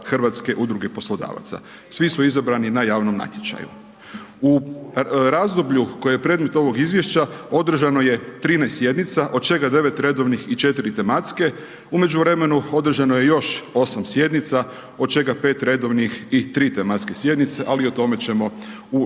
predstavnik poslodavaca HUP-a. Svi su izabrani na javnom natječaju. U razdoblju koje je predmet ovog izvješća, održano je 13 sjednica od čega 9 redovnih i 4 tematske, u međuvremenu održano je još 8 sjednica od čega 5 redovnih i 3 tematske sjednice ali o tome ćemo u